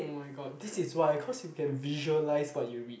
oh-my-god this is why cause you can visualise what you read